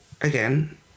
again